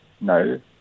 No